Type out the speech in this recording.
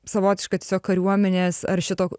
savotiškas kariuomenės ar šito